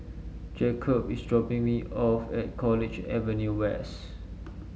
Jakob is dropping me off at College Avenue West